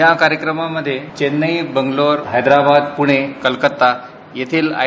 या कार्यक्रमामध्ये चेन्नई बँगलोर हैद्राबाद पूणे कलकत्ता येथील आय